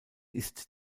ist